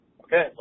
Okay